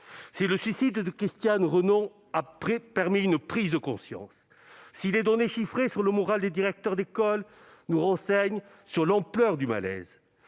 si le suicide de Christine Renon a permis l'émergence d'une prise de conscience et si les données chiffrées portant sur le moral des directeurs d'école nous renseignent sur l'ampleur du malaise-